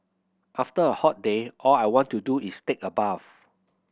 after a hot day all I want to do is take a bath